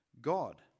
God